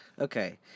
Okay